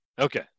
Okay